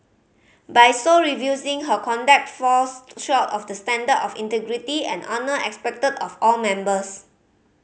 by so refusing her conduct falls short of the standard of integrity and honour expected of all members